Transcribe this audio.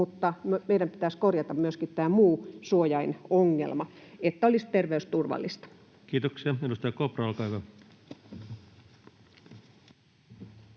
mutta meidän pitäisi korjata myöskin tämä muu suojainongelma, että olisi terveysturvallista. [Speech 106] Speaker: